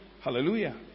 Hallelujah